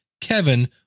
Kevin